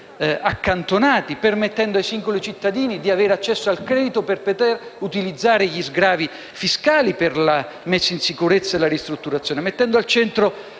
accantonati, permettendo ai singoli cittadini di avere accesso al credito per poter utilizzare gli sgravi fiscali per la messa in sicurezza e la ristrutturazione, mettendo le